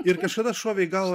ir kažkada šovė į galvą